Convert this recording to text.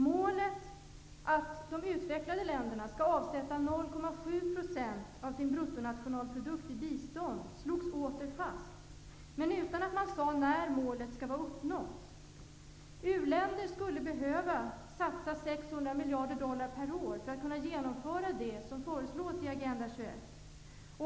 Målet, att de utvecklade länderna skall avsätta 0,7 % av sin bruttonationalprodukt i bistånd, slogs åter fast. Men man sade inte när målet skall vara uppnått. U-länder skulle behöva satsa 600 miljarder dollar per år för att kunna genomföra det som föreslås i Agenda 21.